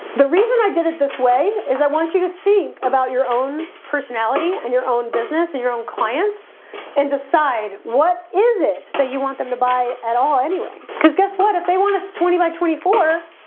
the reason i did it this way is i want you to think about your own personality and your own business and your own clients and decide what is it that you want them to buy at all anyway, because guess what if they want us twenty by twenty four